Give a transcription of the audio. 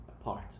apart